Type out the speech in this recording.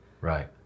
Right